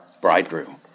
bridegroom